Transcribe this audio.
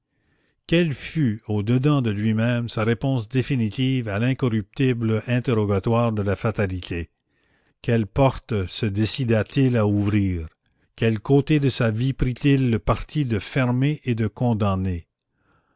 quelle fut au dedans de lui-même sa réponse définitive à l'incorruptible interrogatoire de la fatalité quelle porte se décida t il à ouvrir quel côté de sa vie prit-il le parti de fermer et de condamner